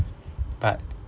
but